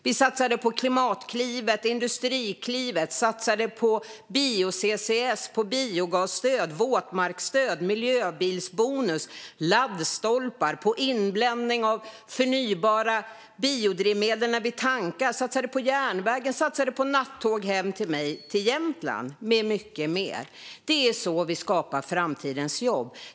Vi satsade på Klimatklivet och Industriklivet, satsade på bio-CCS, biogasstöd, våtmarksstöd, miljöbilsbonus, laddstolpar och inblandning av förnybara biodrivmedel när vi tankar och satsade på järnvägen och nattåg hem till mig, till Jämtland, och mycket mer. Det är så vi skapar framtidens jobb.